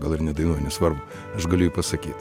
gal ir nedainuoju nesvarbu aš galiu jį pasakyt